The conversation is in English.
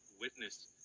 witness